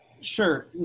sure